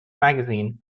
magazine